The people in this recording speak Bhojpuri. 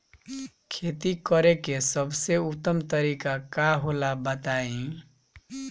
खेती करे के सबसे उत्तम तरीका का होला बताई?